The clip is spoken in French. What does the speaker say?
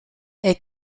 est